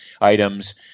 items